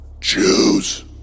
choose